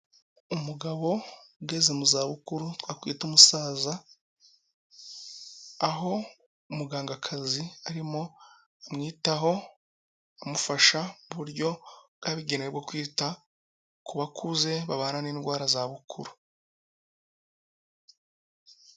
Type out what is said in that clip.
Umugabo ugeze mu zabukuru, twakwita umusaza, aho umugangakazi arimo amwitaho, amufasha mu buryo bwabugenewe bwo kwita ku bakuze, babana n'indwara za bukuru.